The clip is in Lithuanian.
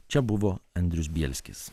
čia buvo andrius bielskis